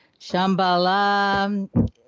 Shambhala